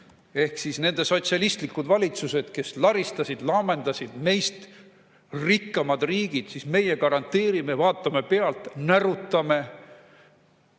Ehk siis nende sotsialistlikud valitsused, kes laristasid, laamendasid – meist rikkamad riigid siis. Meie garanteerime, vaatame pealt, närutame.